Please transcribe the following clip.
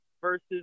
versus